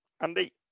Andy